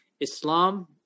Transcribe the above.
Islam